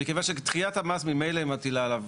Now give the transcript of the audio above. מכיוון שדחיית המס ממילא מטילה עליו,